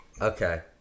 Okay